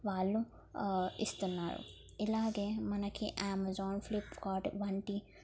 వాళ్ళు ఇస్తున్నారు ఇలాగే మనకి అమెజాన్ ఫ్లిప్కార్ట్ వంటి